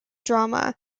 drama